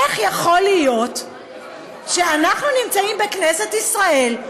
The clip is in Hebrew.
איך יכול להיות שאנחנו נמצאים בכנסת ישראל,